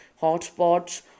hotspots